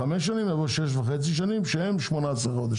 במקום חמש שנים יבוא שש וחצי שנים, שהם 18 חודש.